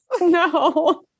No